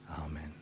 Amen